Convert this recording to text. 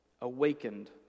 awakened